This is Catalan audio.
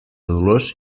dolors